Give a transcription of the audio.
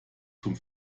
zum